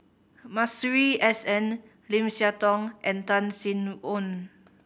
Masuri S N Lim Siah Tong and Tan Sin Aun